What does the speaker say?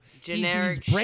Generic